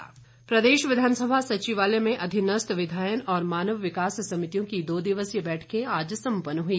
समिति बैठक प्रदेश विधानसभा सचिवालय में अधीनस्थ विधायन और मानव विकास समितियों की दो दिवसीय बैठकें आज संपन्न हुई